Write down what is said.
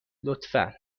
لطفا